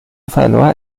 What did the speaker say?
verlor